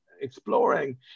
exploring